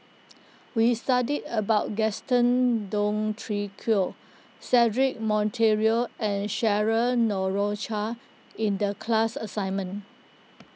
we studied about Gaston Dutronquoy Cedric Monteiro and Cheryl Noronha in the class assignment